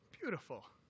Beautiful